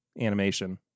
animation